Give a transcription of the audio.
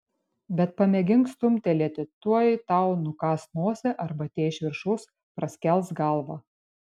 bet pamėgink stumtelėti tuoj tau nukąs nosį arba tie iš viršaus praskels galvą